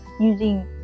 using